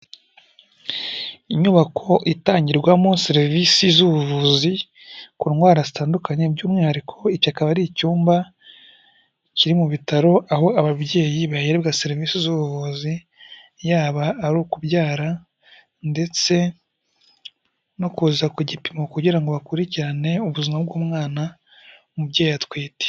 Inyubako itangirwamo serivisi z'ubuvuzi ku ndwara zitandukanye by'umwihariko kikaba ari icyumba kiri mu bitaro aho ababyeyi bahererwa serivisi z'ubuvuzi, yaba ari ukubyara ndetse no kuza ku gipimo kugira ngo bakurikirane ubuzima bw'umwana umubyeyi atwite.